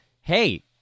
hey